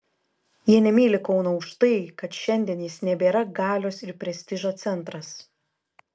jie nemyli kauno už tai kad šiandien jis nebėra galios ir prestižo centras